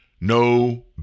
no